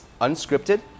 unscripted